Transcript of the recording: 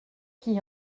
qui